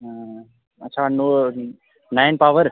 अच्छा नौ nine power